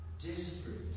desperate